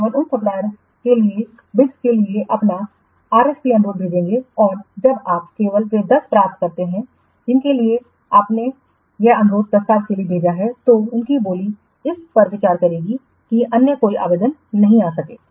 आप केवल उन सप्लायरसके लिए बीडस के लिए अपना RFP अनुरोध भेजेंगे और जब आप केवल वे दस प्राप्त करते हैं जिनके लिए आपने यह अनुरोध प्रस्ताव के लिए भेजा है तो उनकी बोली इस पर विचार करेगी कि अन्य लोग आवेदन नहीं कर सकते